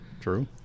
true